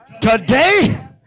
today